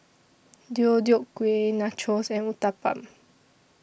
Deodeok Gui Nachos and Uthapam